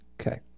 okay